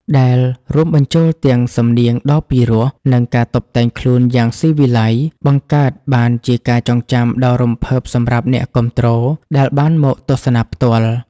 ដែលរួមបញ្ចូលទាំងសំនៀងដ៏ពីរោះ និងការតុបតែងខ្លួនយ៉ាងស៊ីវិល័យ បង្កើតបានជាការចងចាំដ៏រំភើបសម្រាប់អ្នកគាំទ្រដែលបានមកទស្សនាផ្ទាល់។